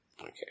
Okay